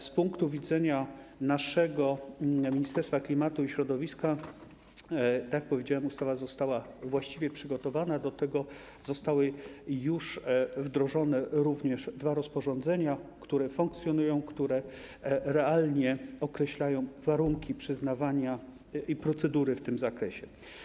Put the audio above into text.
Z punktu widzenia Ministerstwa Klimatu i Środowiska, jak powiedziałem, ustawa została właściwie przygotowana, do tego zostały już wdrożone również dwa rozporządzenia, które funkcjonują, które realnie określają warunki przyznawania dodatku i procedury w tym zakresie.